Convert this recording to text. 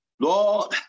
Lord